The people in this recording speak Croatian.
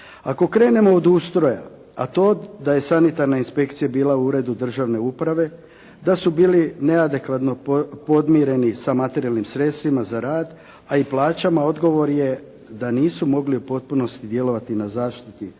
Ako krenemo od ustroja, a to da je sanitarna inspekcija bila u Uredu državne uprave, da su bili neadekvatno podmireni sa materijalnim sredstvima za rad, a i plaćama, odgovor je da nisu mogli u potpunosti djelovati na zaštiti